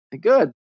Good